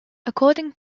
according